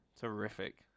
terrific